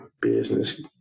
business